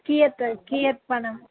कियत् कियत् धनम्